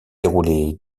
déroulé